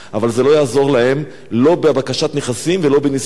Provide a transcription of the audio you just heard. לא בבקשת נכסים ולא בניסיונות לפגוע בקיום שלנו.